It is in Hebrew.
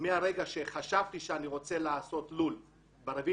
שמרגע שחשבתי שאני רוצה לעשות לול ב-4